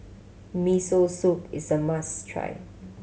Miso Soup is a must try